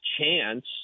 chance